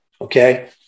okay